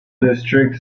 district